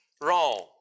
wrong